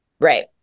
Right